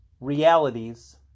realities